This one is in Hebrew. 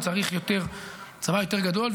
וצריך צבא יותר גדול,